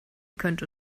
könnte